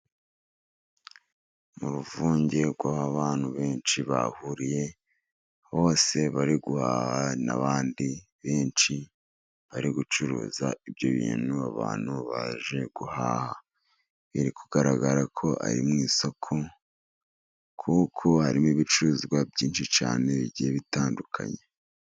Mu ruvunge rw'abantu benshi bahuriye bose bariguhaha. N'abandi benshi bari gucuruza ibyo bintu abantu baje guhaha biri kugaragara ko ari mu isoko, kuko harimo ibicuruzwa byinshi cyane bigiye bitandukanye.